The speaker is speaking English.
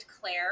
Claire